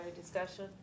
discussion